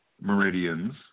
meridians